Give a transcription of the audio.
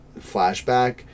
flashback